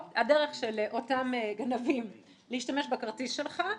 הדרך של אותם גנבים להשתמש בכרטיס שלך,